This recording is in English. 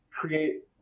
create